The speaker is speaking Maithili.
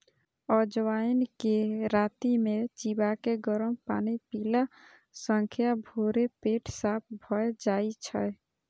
अजवाइन कें राति मे चिबाके गरम पानि पीला सं भोरे पेट साफ भए जाइ छै